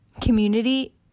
community